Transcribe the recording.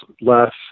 less